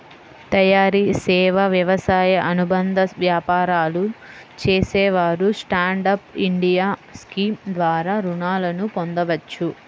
తయారీ, సేవా, వ్యవసాయ అనుబంధ వ్యాపారాలు చేసేవారు స్టాండ్ అప్ ఇండియా స్కీమ్ ద్వారా రుణాలను పొందవచ్చు